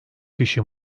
kişi